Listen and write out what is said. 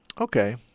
Okay